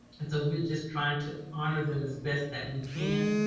it's a, we're just trying to honor them as best that we can,